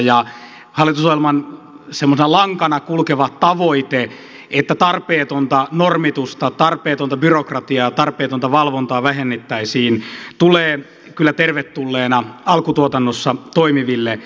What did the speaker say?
ja hallitusohjelman semmoisena lankana kulkeva tavoite että tarpeetonta normitusta tarpeetonta byrokratiaa tarpeetonta valvontaa vähennettäisiin tulee kyllä tervetulleena alkutuotannossa toimiville